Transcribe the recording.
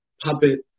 puppet